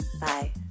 Bye